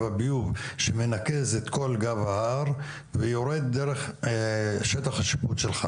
הביוב שמנקז את כל גב ההר ויורד דרך שטח השיפוט שלך.